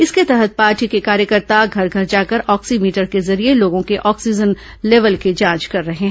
इसके तहत पार्टी के कार्यकर्ता घर घर जाकर ऑक्सीमीटर के जरिये लोगों के ऑक्सीजन लेवल की जांच कर रहे हैं